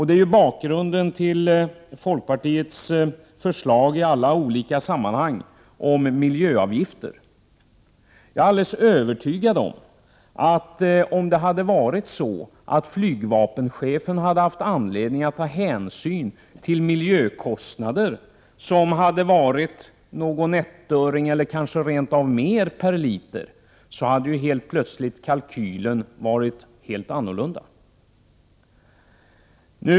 — Det är bakgrunden till folkpartiets förslag i alla sammanhang om miljöavgifter. Jag är alldeles övertygad om att om flygvapenchefen hade haft anledning att ta hänsyn till miljökostnader som hade uppgått till någon ettöring eller kanske rent av mer per liter, hade kalkylen helt plötsligt blivit en annan.